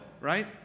Right